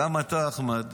גם אתה, אחמד,